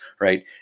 right